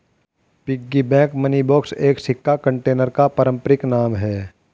piggy bank money box एक सिक्का container का पारंपरिक नाम है